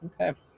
Okay